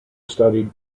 studied